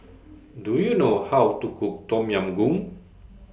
Do YOU know How to Cook Tom Yam Goong